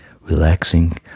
relaxing